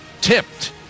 tipped